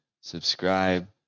subscribe